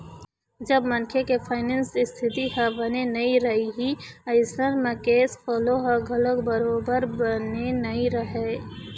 जब मनखे के फायनेंस इस्थिति ह बने नइ रइही अइसन म केस फोलो ह घलोक बरोबर बने नइ रहय